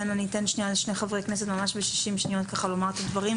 לשני חברי כנסת ממש ב-60 שניות ככה לומר את הדברים,